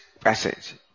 passage